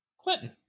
Clinton